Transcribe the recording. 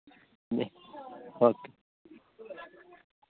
okay